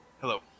Hello